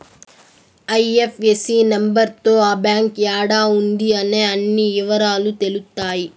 IFSC number తో ఆ bank యాడా ఉంది అనే అన్ని ఇవరాలు తెలుత్తాయి